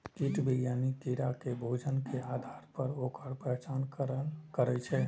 कीट विज्ञानी कीड़ा के भोजन के आधार पर ओकर पहचान करै छै